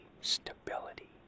stability